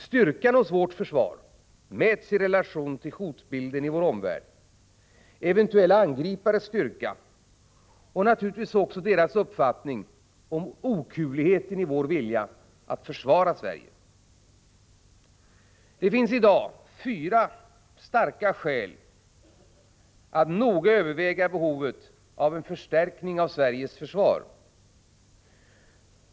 Styrkan hos vårt försvar mäts i relation till hotbilden i vår omvärld, eventuella angripares styrka och naturligtvis deras uppfattning om okuvligheten i vår vilja att försvara oss. Det finns i dag fyra starka skäl att noga överväga behovet av en förstärkning av Sveriges försvar.